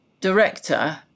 director